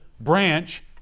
branch